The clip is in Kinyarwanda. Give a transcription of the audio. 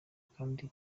kandi